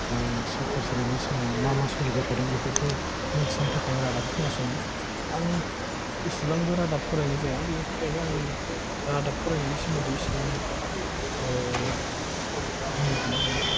सरखार सोलायनाय समाव मा मा सोलिबाय थादों बेफोरखौ मिन्थिनो थाखाय आं रादाबखौ खोनासङो आं एसिबांबो रादाब फरायनाय जाया बिनिथाखायनो आं रादाब फरायनायनि सोमोन्दै इसिबां बुंनो हानाय नंला